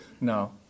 No